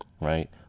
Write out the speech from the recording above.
right